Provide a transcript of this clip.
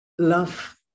love